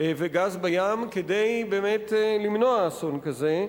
וגז בים כדי למנוע אסון כזה.